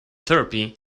therapy